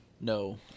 No